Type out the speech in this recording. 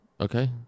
Okay